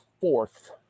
fourth